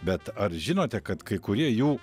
bet ar žinote kad kai kurie jų